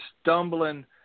stumbling